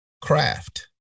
craft